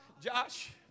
Josh